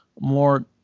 more